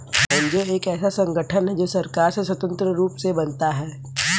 NGO एक ऐसा संगठन है जो सरकार से स्वतंत्र रूप से बनता है